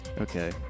Okay